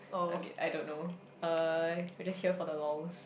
okay I don't know uh I just here for the lols